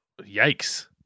Yikes